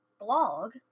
blog